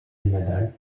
nadal